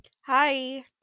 Hi